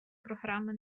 програми